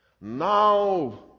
now